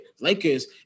Lakers